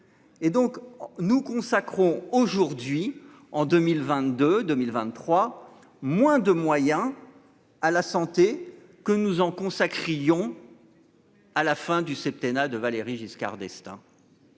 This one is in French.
nous consacrons aujourd'hui en 2022 2023, moins de moyens. À la santé que nous en consacrions. À la fin du septennat de Valéry Giscard d'Estaing.